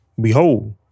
behold